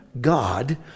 God